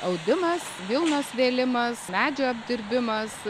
audimas vilnos vėlimas medžio apdirbimas